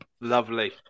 lovely